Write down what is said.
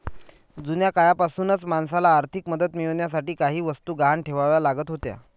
जुन्या काळापासूनच माणसाला आर्थिक मदत मिळवण्यासाठी काही वस्तू गहाण ठेवाव्या लागत होत्या